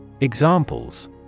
Examples